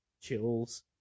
Chills